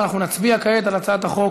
ואנחנו נצביע כעת על הצעת החוק